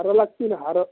हार लागतील हार